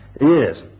Yes